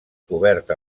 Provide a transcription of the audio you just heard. cobert